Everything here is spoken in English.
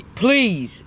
please